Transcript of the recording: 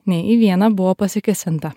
ne į vieną buvo pasikėsinta